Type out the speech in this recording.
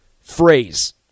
phrase